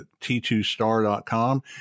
t2star.com